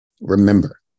Remember